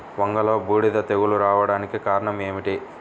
వంగలో బూడిద తెగులు రావడానికి కారణం ఏమిటి?